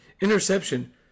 Interception